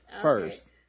First